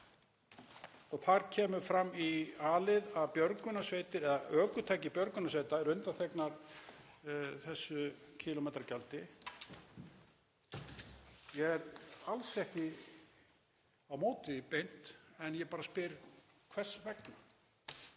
Þar kemur fram í a-lið að björgunarsveitir eða ökutæki björgunarsveita séu undanþegin þessu kílómetragjaldi. Ég er alls ekki á móti því beint en ég bara spyr: Hvers vegna?